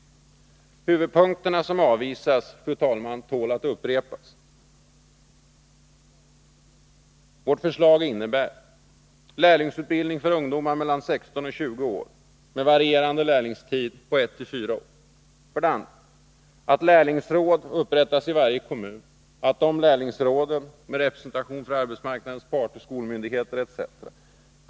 De huvudpunkter som avvisas tål att upprepas. Vårt förslag innebär: 2. Lärlingsråd upprättas i varje kommun. Dessa lärlingsråd — med representation för arbetsmarknadens parter, skolmyndigheter etc.